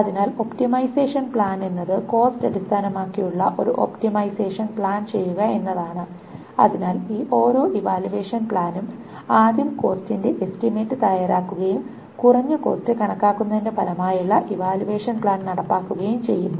അതിനാൽ optimisation plan എന്നത് cost അടിസ്ഥാനമാക്കിയുള്ള ഒരു ഒപ്റ്റിമൈസേഷൻ പ്ലാൻ ചെയ്യുക എന്നതാണ് അതിനാൽ ഈ ഓരോ ഇവാലുവേഷൻ പ്ലാനും ആദ്യം കോസ്റ്റിന്റെ എസ്റ്റിമേറ്റ് തയ്യാറാക്കുകയും കുറഞ്ഞ കോസ്റ്റ് കണക്കാക്കുന്നതിന്റെ ഫലമായുള്ള ഇവാലുവേഷൻ പ്ലാൻ നടപ്പിലാക്കുകയും ചെയ്യുന്നു